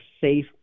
safe